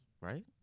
Right